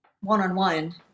one-on-one